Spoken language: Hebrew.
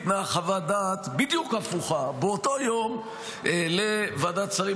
ניתנה חוות דעת בדיוק הפוכה לוועדת שרים